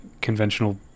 conventional